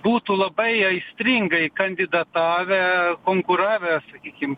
būtų labai aistringai kandidatavę konkuravę sakykim